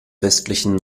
westlichen